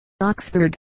Oxford